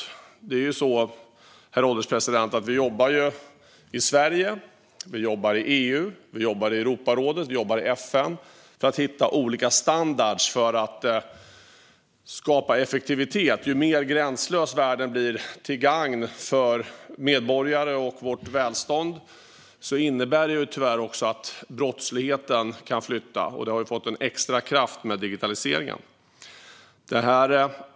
Vi jobbar ju, herr ålderspresident, i Sverige, i EU, i Europarådet och i FN för att hitta olika standarder för att skapa effektivitet. Ju mer gränslös världen blir, till gagn för medborgare och vårt välstånd, desto mer kan tyvärr brottsligheten flytta. Och detta har fått en extra kraft med digitaliseringen.